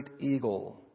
eagle